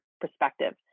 perspective